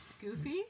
Goofy